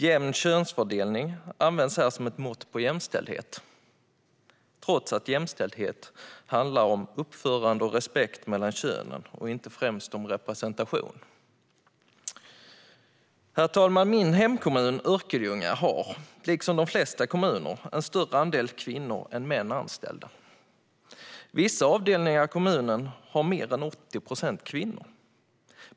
Jämn könsfördelning används här som ett mått på jämställdhet, trots att jämställdhet handlar om uppförande och respekt mellan könen och inte främst om representation. Herr talman! Min hemkommun Örkelljunga har, liksom de flesta kommuner, en större andel kvinnor än män anställda. Vissa avdelningar i kommunen har mer än 80 procent kvinnor.